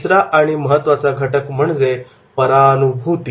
तिसरा आणि महत्त्वाचा घटक म्हणजे परानुभूती